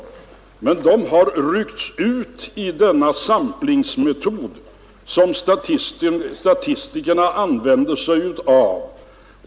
Men de har tagits ut enligt den samplingsmetod som statistikerna använder sig av.